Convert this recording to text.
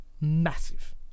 Massive